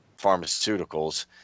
pharmaceuticals